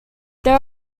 there